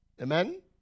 Amen